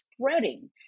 spreading